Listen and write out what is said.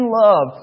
love